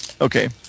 Okay